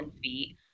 feet